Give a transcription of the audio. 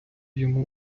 йому